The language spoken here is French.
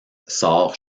sort